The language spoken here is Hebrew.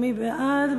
מי בעד?